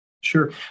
Sure